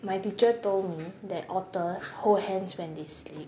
my teacher told me that otters hold hands when they sleep